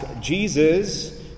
Jesus